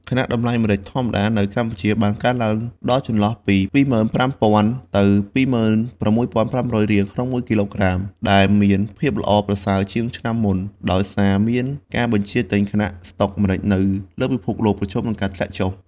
ខណៈតម្លៃម្រេចធម្មតានៅកម្ពុជាបានកើនដល់ចន្លោះពី ២៥០០០ ទៅ ២៦៥០០ រៀល ក្នុងមួយគីឡូក្រាម ដែលមានភាពល្អប្រសើរជាងឆ្នាំមុន ដោយសារមានការបញ្ជាទិញ ខណៈស្ដុកម្រេចនៅលើពិភពលោកប្រឈមនឹងការធ្លាក់ចុះ។